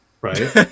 right